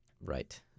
Right